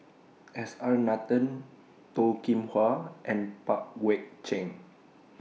S R Nathan Toh Kim Hwa and Pang Guek Cheng